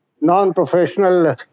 non-professional